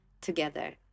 together